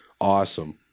Awesome